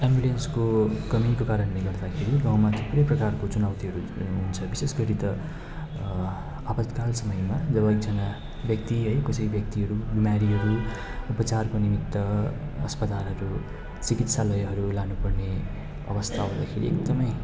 एम्बुलेन्सको कमीको कारणले गर्दाखेरि गाउँमा चाहिँ थुप्रै प्रकारको चुनौतीहरू हुन्छ विशेष गरी त आपतकाल समयमा जब एकजना व्यक्ति है कसै व्यक्तिहरू नारीहरू उपचारको निमित्त अस्पतालहरू चिकित्सालयहरू लानुपर्ने अवस्था आउँदाखेरि एकदमै